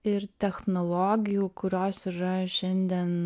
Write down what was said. ir technologijų kurios yra šiandien